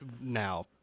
now